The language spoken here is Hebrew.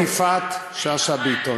חברת הכנסת יפעת שאשא ביטון.